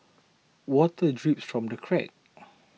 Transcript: water drips from the cracks